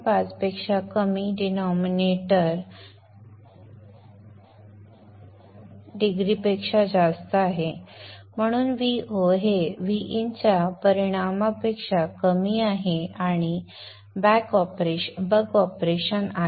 5 पेक्षा कमी denominator numerator पेक्षा जास्त आहे म्हणून Vo हे Vin च्या परिमाणापेक्षा कमी आहे आणि हे बक ऑपरेशन आहे